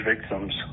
victims